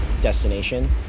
destination